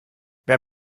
wer